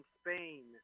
Spain